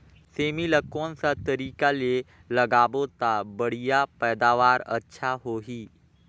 सेमी ला कोन सा तरीका ले लगाबो ता बढ़िया पैदावार अच्छा होही?